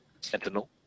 Sentinel